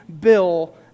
bill